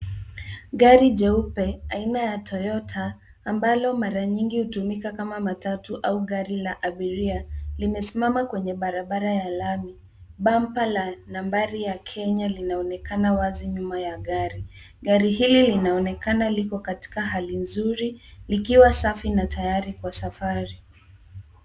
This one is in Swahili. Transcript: Gari jeupe aina ya Toyota ambalo mara nyingi hutumika kama matatu au gari la abiria limesimama kwenye barabara ya lami. Bumper la nambari ya Kenya linaonekana wazi nyuma ya gari. Gari hili linaonekana liko katika hali nzuri likiwa safi na tayari kwa safari.